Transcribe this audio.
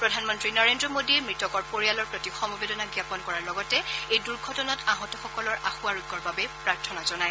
প্ৰধানমন্ত্ৰী নৰেন্দ্ৰ মোদীয়ে মৃতকৰ পৰিয়ালৰ প্ৰতি সমবেদনা জ্ঞাপন কৰাৰ লগতে এই দুৰ্ঘটনাত আহতসকলৰ আশু আৰোগ্যৰ বাবে প্ৰাৰ্থনা জনায়